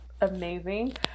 amazing